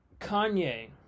Kanye